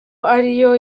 ariyo